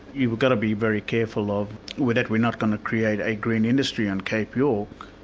you've got to be very careful of with that we're not going to create a green industry on cape york.